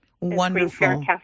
Wonderful